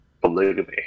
Polygamy